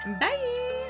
Bye